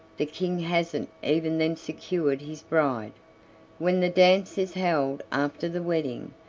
the king hasn't even then secured his bride when the dance is held after the wedding,